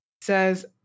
says